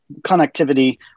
connectivity